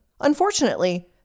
Unfortunately